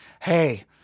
Hey